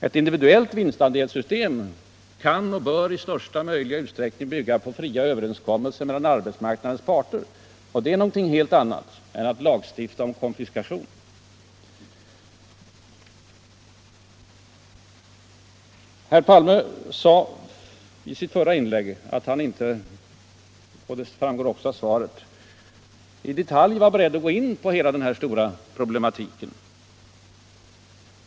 Ett individuellt vinstandelssystem kan och bör i största möjliga utsträckning bygga på frivilliga överenskommelser mellan arbetsmarknadens parter, och det är någonting helt annat än att lagstifta om konfiskation. Herr Palme sade i sitt förra inlägg — och det framgår också av svaret —- att han inte var beredd att i detalj gå in på hela denna stora problematik.